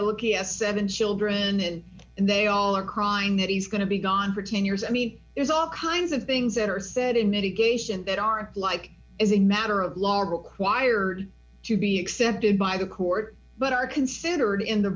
a looking at seven children and they all are crying that he's going to be gone for ten years i mean there's all kinds of things that are said in mitigation that aren't like as a matter of law required to be accepted by the court but are considered in the